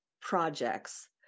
projects